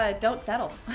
ah don't settle.